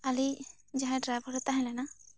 ᱟᱞᱮᱭᱤᱡ ᱡᱟᱦᱟᱭ ᱵᱨᱟᱭᱵᱷᱚᱨ ᱮ ᱛᱟᱦᱮᱸ ᱞᱮᱱᱟ